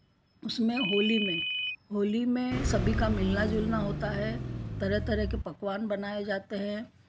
उसमें होली में होली में सभी का मिलना जुलना होता है तरह तरह के पकवान बनाए जाते हैं